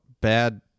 bad